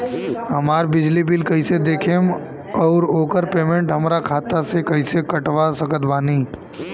हमार बिजली बिल कईसे देखेमऔर आउर ओकर पेमेंट हमरा खाता से कईसे कटवा सकत बानी?